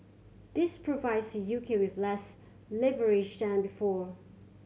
this provides the U K with less leverage than before